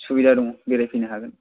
सुबिदा दं बेरायफैनो हागोन